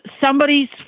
somebody's